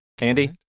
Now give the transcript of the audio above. andy